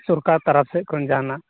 ᱥᱚᱨᱠᱟᱨ ᱛᱚᱨᱚᱯᱷ ᱥᱮᱫᱠᱷᱚᱱ ᱡᱟᱦᱟᱱᱟᱜ